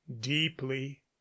deeply